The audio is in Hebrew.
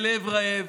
בלב רעב,